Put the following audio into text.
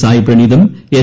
സായ് പ്രണീതും എച്ച്